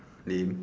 lame